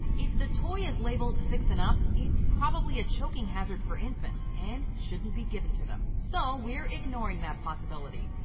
if the toy is labeled, six and up six it's probably a choking hazard for infants, and shouldn't be given to them, so, we're ignoring that possibility.